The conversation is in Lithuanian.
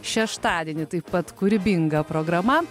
šeštadienį taip pat kūrybinga programa